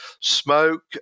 smoke